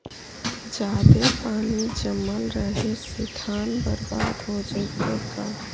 जादे पानी जमल रहे से धान बर्बाद हो जितै का?